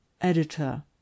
EDITOR